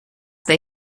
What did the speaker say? they